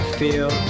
feel